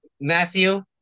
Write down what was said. Matthew